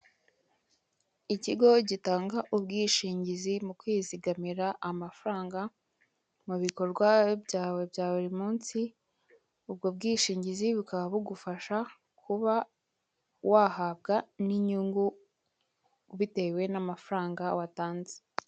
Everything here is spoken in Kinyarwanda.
Ikigo gitanga ubwishingizi mu kwizigamira amafaranga, mu bikorwa byawe bya buri munsi, ubwo bwishingizi bukaba bugufasha kuba wahabwa n'inyungu bitewe n'amafaranga watanze.